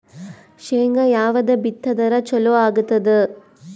ಶೇಂಗಾ ಯಾವದ್ ಬಿತ್ತಿದರ ಚಲೋ ಆಗತದ?